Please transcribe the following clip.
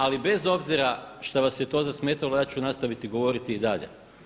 Ali bez obzira što vas je to zasmetalo, ja ću nastaviti govoriti i dalje.